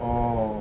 oh